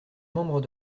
membres